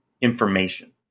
information